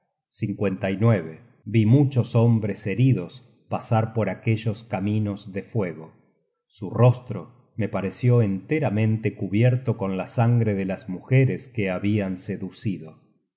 con tal carga vi muchos hombres heridos pasar por aquellos caminos de fuego su rostro me pareció enteramente cubierto con la sangre de las mujeres que habian seducido